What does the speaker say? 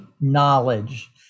knowledge